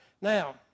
Now